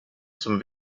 zum